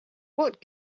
what